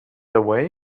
away